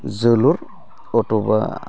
जोलुर अरथबा